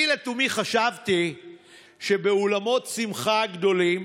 אני לתומי חשבתי שבאולמות שמחה גדולים